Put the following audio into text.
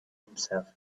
himself